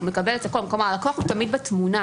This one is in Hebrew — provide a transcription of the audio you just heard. כלומר, הלקוח תמיד בתמונה.